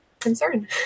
concern